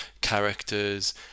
characters